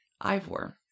Ivor